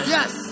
Yes